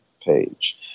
page